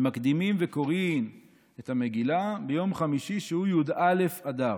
מקדימין וקוראין את המגילה בחמישי שהוא יום י"א באדר.